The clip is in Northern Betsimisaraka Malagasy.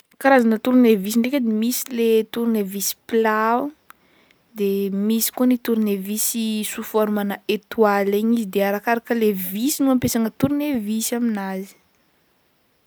Karazagna tournevis ndraiky edy misy le tournevis plat o de misy koa ny tournevis sous forme ana étoile igny izy de arakaraka an'le vis no ampiasagna tournevis aminazy.